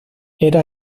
era